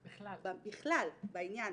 בכלל, בעניין.